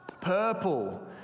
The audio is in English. Purple